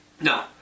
No